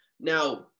Now